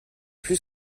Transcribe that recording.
plus